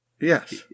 Yes